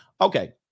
okay